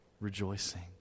rejoicing